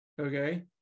okay